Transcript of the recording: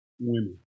women